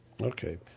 Okay